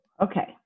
Okay